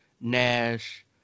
Nash